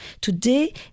Today